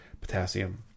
potassium